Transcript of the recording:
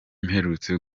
mperutse